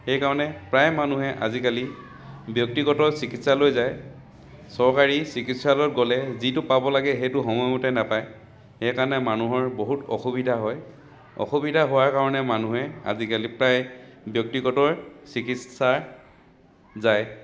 সেইকাৰণে প্ৰায় মানুহে আজিকালি ব্যক্তিগত চিকিৎসালয়লৈ যায় চৰকাৰী চিকিৎসালয়ত গ'লে যিটো পাব লাগে সেইটো সময়মতে নাপায় সেইকাৰণে মানুহৰ বহুত অসুবিধা হয় অসুবিধা হোৱাৰ কাৰণে মানুহে আজিকালি প্ৰায় ব্যক্তিগত চিকিৎসা লৈ যায়